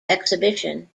exhibition